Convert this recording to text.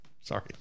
Sorry